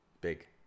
Big